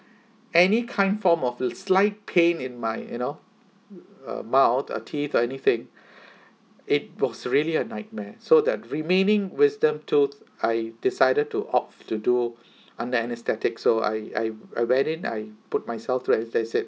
any kind form of slight pain in my you know uh mouth uh teeth or anything it was really a nightmare so the remaining wisdom tooth I decided to opt to do under anaesthetic so I I I when in I put myself through and said